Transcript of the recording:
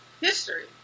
history